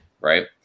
Right